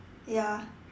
ya